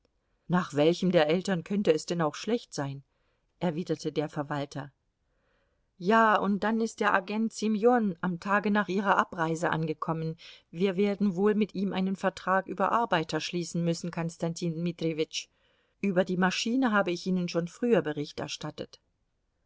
nach welchem der eltern könnte es denn auch schlecht sein erwiderte der verwalter ja und dann ist der agent semjon am tage nach ihrer abreise angekommen wir werden wohl mit ihm einen vertrag über arbeiter schließen müssen konstantin dmitrijewitsch über die maschine habe ich ihnen schon früher bericht erstattet